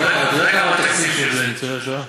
אתה יודע מה התקציב של ניצולי שואה?